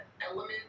element